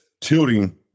tilting